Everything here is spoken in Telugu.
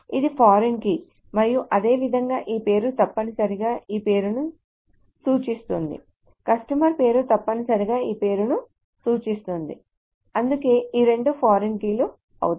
ఇది ఫారిన్ కీ మరియు అదేవిధంగా ఈ పేరు తప్పనిసరిగా ఈ పేరును సూచిస్తుంది కస్టమర్ పేరు తప్పనిసరిగా ఈ పేరును సూచిస్తుంది అందుకే ఈ రెండు ఫారిన్ కీలుఅవుతాయి